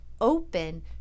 open